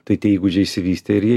tai tie įgūdžiai išsivystė ir jie